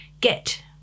get